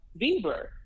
Bieber